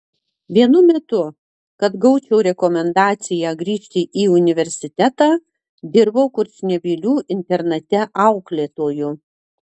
vienu metu kad gaučiau rekomendaciją grįžti į universitetą dirbau kurčnebylių internate auklėtoju